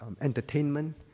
entertainment